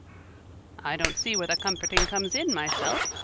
i don't see where the comforting comes in myself,